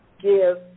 give